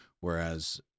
Whereas